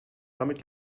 damit